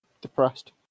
depressed